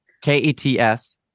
K-E-T-S